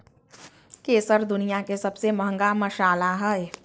केसर दुनिया के सबसे महंगा मसाला हइ